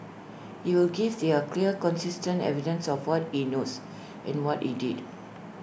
he will give there clear consistent evidence of what he knows and what he did